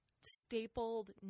stapled